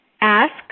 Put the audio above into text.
ask